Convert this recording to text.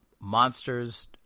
monsters